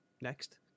next